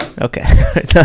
Okay